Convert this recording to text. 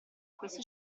questo